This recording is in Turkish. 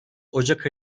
ocak